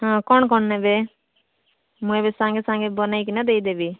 ହଁ କ'ଣ କ'ଣ ନେବେ ମୁଁ ଏବେ ସାଙ୍ଗେ ସାଙ୍ଗେ ବନେଇକିନା ଦେଇଦେବି